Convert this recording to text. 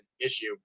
issue